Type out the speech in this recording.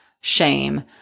shame